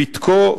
ותקו,